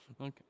Okay